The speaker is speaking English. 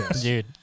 dude